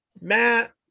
Matt